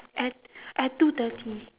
at at two thirty